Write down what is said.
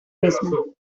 mismo